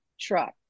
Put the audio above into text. truck